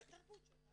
זו תרבות שונה.